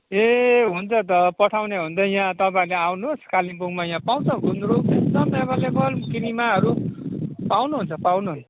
ए हुन्छ त पठाउने हो भने त यहाँ तपाईँहरू आउनुहोस् कालिम्पोङमा यहाँ पाउँछ गुन्द्रुक एकदम अभाइलेबल किनामाहरू पाउनुहुन्छ पाउनुहुन्छ